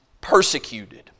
persecuted